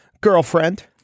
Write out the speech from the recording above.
Girlfriend